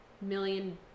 million